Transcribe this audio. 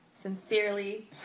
sincerely